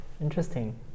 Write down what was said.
Interesting